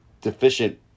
deficient